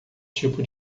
tipo